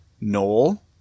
Noel